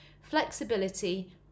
flexibility